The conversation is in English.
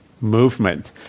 movement